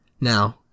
Now